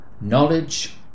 knowledge